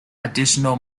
additional